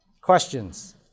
Questions